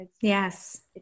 yes